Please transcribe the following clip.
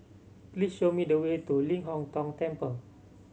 please show me the way to Ling Hong Tong Temple